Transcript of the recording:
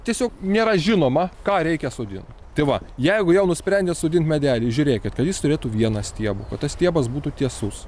tiesiog nėra žinoma ką reikia sodint tai va jeigu jau nusprendėt sodint medelį žiūrėkit kad jis turėtų vieną stiebą o tas stiebas būtų tiesus